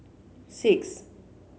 six